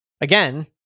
again